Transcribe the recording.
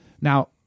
Now